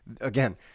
Again